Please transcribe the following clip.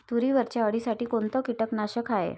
तुरीवरच्या अळीसाठी कोनतं कीटकनाशक हाये?